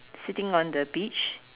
sitting on the beach